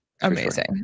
amazing